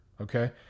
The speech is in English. Okay